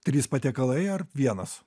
trys patiekalai ar vienas